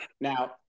Now